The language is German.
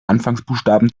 anfangsbuchstaben